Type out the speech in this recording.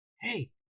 hey